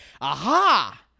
aha